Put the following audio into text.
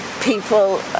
people